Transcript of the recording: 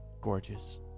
Gorgeous